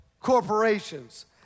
corporations